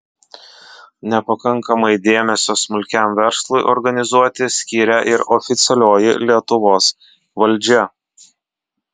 nepakankamai dėmesio smulkiam verslui organizuoti skiria ir oficialioji lietuvos valdžia